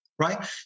right